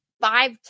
five